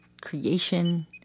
creation